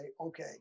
okay